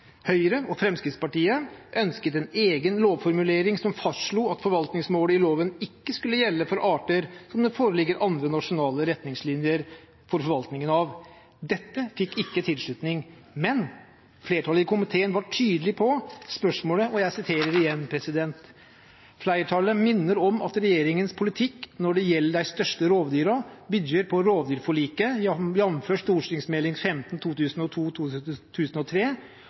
Høyre og Fremskrittspartiet ønsket en egen lovformulering som fastslo at forvaltningsmålet i loven ikke skulle gjelde for arter som det foreligger andre nasjonale retningslinjer for forvaltningen av. Dette fikk ikke tilslutning, men flertallet i komiteen var tydelig i spørsmålet: «Fleirtalet minner om at Regjeringas politikk når det gjelder dei største rovdyra, byggjer på rovdyrforliket, jf. St.meld. nr. 15